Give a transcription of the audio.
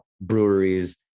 breweries